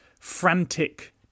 frantic